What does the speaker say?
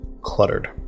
cluttered